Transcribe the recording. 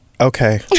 Okay